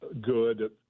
good